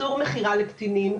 איסור מכירה לקטינים,